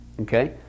Okay